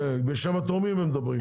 בשם התורמים הם מדברים?